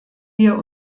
wir